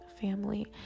family